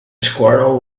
squirrel